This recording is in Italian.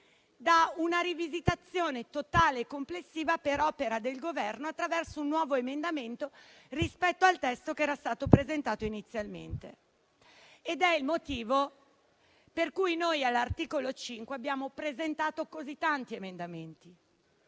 da una rivisitazione totale e complessiva per opera del Governo attraverso un nuovo emendamento rispetto al testo che era stato presentato inizialmente. È questo il motivo per cui noi abbiamo presentato così tanti emendamenti